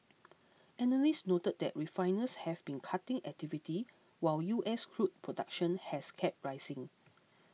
analysts noted that refiners have been cutting activity while U S crude production has kept rising